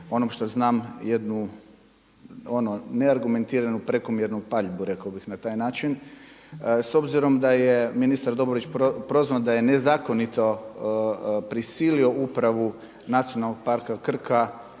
onom što znam jednu neargumentiranu prekomjernu paljbu rekao bih na taj način s obzirom da je ministar Dobrović prozvan da je nezakonito prisilio upravu Nacionalnog parka Krka